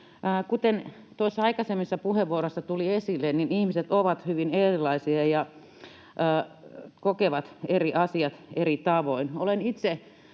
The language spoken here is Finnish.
Kuten tuossa aikaisemmissa puheenvuoroissa tuli esille, niin ihmiset ovat hyvin erilaisia ja kokevat eri asiat eri tavoin.